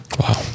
Wow